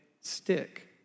stick